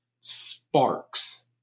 sparks